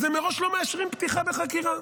אז מראש הם לא מאשרים פתיחת חקירה.